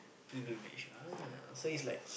pilgrimage ah so it's like